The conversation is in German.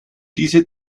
diese